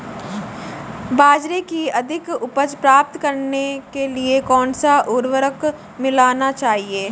बाजरे की अधिक उपज प्राप्त करने के लिए कौनसा उर्वरक मिलाना चाहिए?